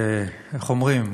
ואיך אומרים?